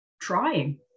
trying